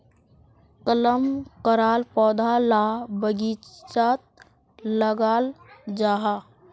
कलम कराल पौधा ला बगिचात लगाल जाहा